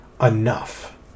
enough